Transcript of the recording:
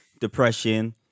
depression